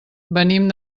venim